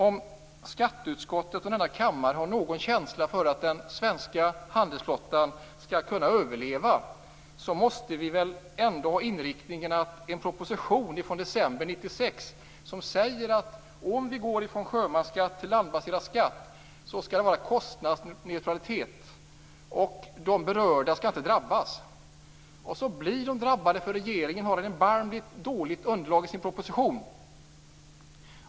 Om skatteutskottet och riksdagen har någon känsla för den svenska handelsflottans möjligheter att överleva måste väl inriktningen vara propositionen från december 1996. Där sägs det att om vi går från sjömansskatt till landbaserad skatt skall det råda kostnadsneutralitet. Berörda skall inte drabbas. Men de drabbas därför att regeringen har ett erbarmligt dåligt underlag för sin proposition.